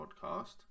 Podcast